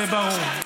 זה ברור.